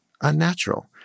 unnatural